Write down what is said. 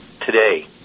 today